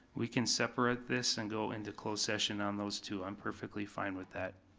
we can separate this and go into closed session on those two, i'm perfectly fine with that.